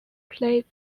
played